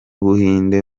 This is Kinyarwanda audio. buhinde